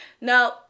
No